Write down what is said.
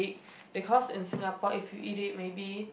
because in Singapore if you eat it maybe